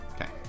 Okay